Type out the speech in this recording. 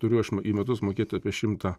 turiu aš į metus mokėti apie šimtą